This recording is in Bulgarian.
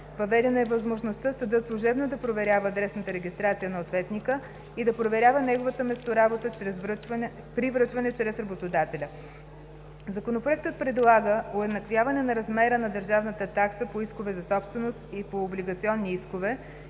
Въведена е възможността съдът служебно да проверява адресната регистрация на ответника и да проверява неговата месторабота при връчване чрез работодателя. Законопроектът предлага уеднаквяване на размера на държавната такса по искове за собственост и по облигационни искове,